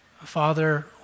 Father